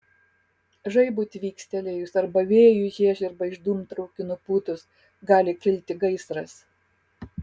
žaibui tvykstelėjus arba vėjui žiežirbą iš dūmtraukių nupūtus gali kilti gaisras